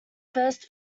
first